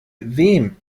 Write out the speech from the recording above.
wem